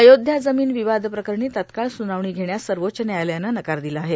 अयोध्या जमिन विवादप्रकरणी तात्काळ सुनावणी घेण्यास सर्वोच्च न्यायालयानं नकार दिला आहे